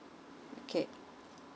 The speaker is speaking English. okay